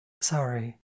Sorry